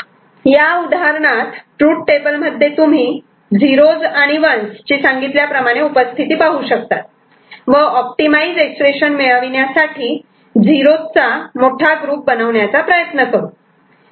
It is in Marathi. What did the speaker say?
या उदाहरणात ट्रूथ टेबल मध्ये तुम्ही 0's आणि 1's ची सांगितल्याप्रमाणे उपस्थिती पाहू शकतात व ऑप्टिमाइझ एक्सप्रेशन मिळविण्यासाठी 0's चा मोठा ग्रुप बनवण्याचा प्रयत्न करू